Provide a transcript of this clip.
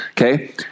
Okay